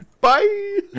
Bye